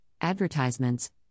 advertisements